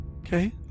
Okay